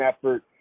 effort